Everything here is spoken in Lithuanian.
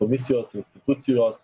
komisijos institucijos